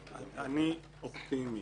אני אופטימי.